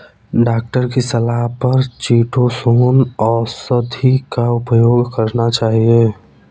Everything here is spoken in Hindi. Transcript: डॉक्टर की सलाह पर चीटोसोंन औषधि का उपयोग करना चाहिए